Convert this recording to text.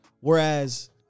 Whereas